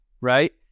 right